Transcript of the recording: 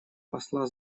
посла